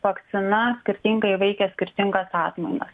vakcina skirtingai veikia skirtingas atmainas